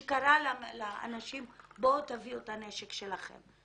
המבצע שקרה לאנשים להביא את הנשק שלהם.